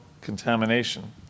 contamination